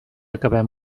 acabem